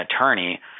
attorney